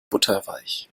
butterweich